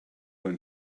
vam